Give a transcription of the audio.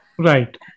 Right